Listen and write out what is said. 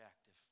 active